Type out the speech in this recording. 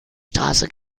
straße